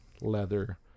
leather